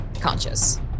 conscious